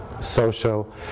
social